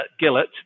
Gillett